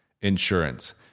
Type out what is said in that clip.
insurance